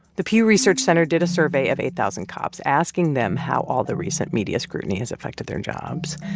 the pew research center did a survey of eight thousand cops, asking them how all the recent media scrutiny has affected their jobs.